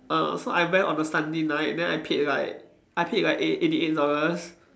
err so I went on a Sunday night then I paid like I paid like eight eighty eight dollars